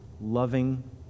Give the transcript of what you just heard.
loving